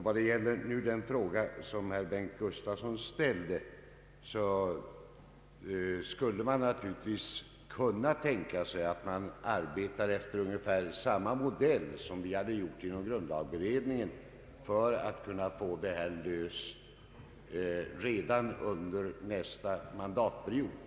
Vad beträffar den fråga som herr Bengt Gustavsson ställde skulle man naturligtvis kunna tänka sig att arbeta efter ungefär samma modell som vi gjor Om ersättare för riksdagens ledamöter de inom grundlagberedningen för att få frågan löst redan under nästa mandatperiod.